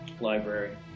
library